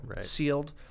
sealed